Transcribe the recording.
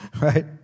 right